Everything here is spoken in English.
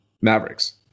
Mavericks